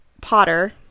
Potter